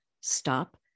stop